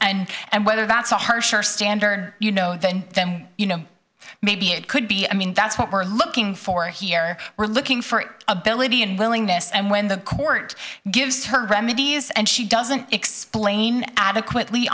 and and whether that's a harsher standard you know than them you know maybe it could be i mean that's what we're looking for here we're looking for ability and willingness and when the court gives her remedies and she doesn't explain adequately